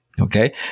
okay